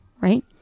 right